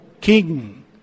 King